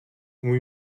umí